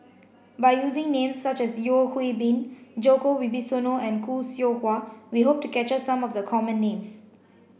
by using names such as Yeo Hwee Bin Djoko Wibisono and Khoo Seow Hwa we hope to capture some of the common names